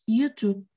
YouTube